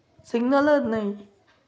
सिग्नलच नाही